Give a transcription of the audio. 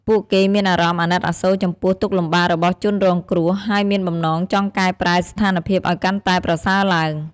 ពួកគេមានអារម្មណ៍អាណិតអាសូរចំពោះទុក្ខលំបាករបស់ជនរងគ្រោះ ហើយមានបំណងចង់កែប្រែស្ថានភាពឱ្យកាន់តែប្រសើរឡើង។